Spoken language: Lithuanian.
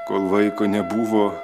kol vaiko nebuvo